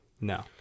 No